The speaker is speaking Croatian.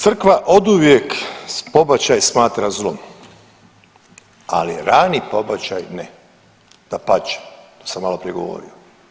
Crkva oduvijek pobačaj smatra zlom, ali rani pobačaj ne, dapače to sam maloprije govorio.